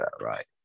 right